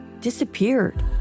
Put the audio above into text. disappeared